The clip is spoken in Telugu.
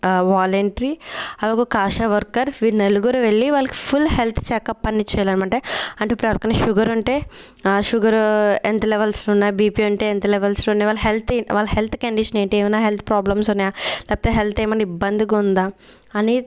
వాలంటరీ అలాగే ఒక ఆశా వర్కర్ వీళ్ళు నలుగురు వెళ్ళి వాళ్ళకు ఫుల్ హెల్త్ చెకప్ అన్ని చేయాలన్నమాట అంటే ఎవరికైనా షుగర్ ఉంటే ఆ షుగర్ ఎంత లెవెల్స్ ఉన్నాయి బిపి అంటే ఎంత లెవెల్స్ లోని వాళ్ళ హెల్త్ కండిషన్ ఏంటి హెల్త్ ప్రాబ్లమ్స్ ఉన్నాయా లేకపోతే హెల్త్ ఏమన్నా ఇబ్బందిగా ఉందా అనే